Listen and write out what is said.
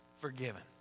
forgiven